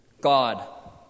God